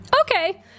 Okay